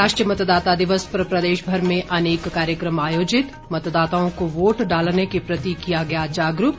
राष्ट्रीय मतदाता दिवस पर प्रदेशभर में अनेक कार्यक्रम आयोजित मतदाताओं को वोट डालने के प्रति किया गया जागरूक